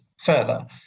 further